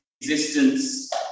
existence